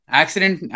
accident